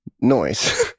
Noise